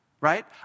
right